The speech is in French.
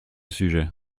sujet